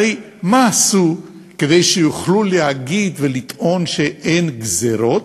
הרי מה עשו כדי שיוכלו להגיד ולטעון שאין גזירות?